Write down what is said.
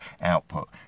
output